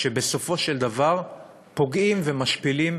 שבסופו של דבר פוגעים ומשפילים